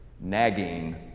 nagging